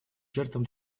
жертвам